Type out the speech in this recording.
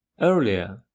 Earlier